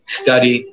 study